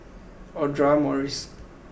Audra Morrice